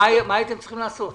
מה הייתם צריכים לעשות?